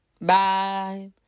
Bye